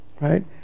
right